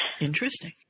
Interesting